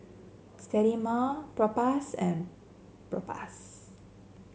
Sterimar Propass and Propass